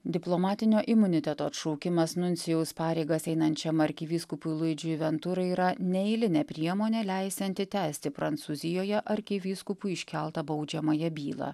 diplomatinio imuniteto atšaukimas nuncijaus pareigas einančiam arkivyskupui luidžiui venturai yra neeilinė priemonė leisianti tęsti prancūzijoje arkivyskupui iškeltą baudžiamąją bylą